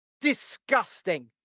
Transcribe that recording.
disgusting